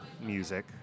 music